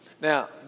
Now